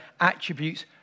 attributes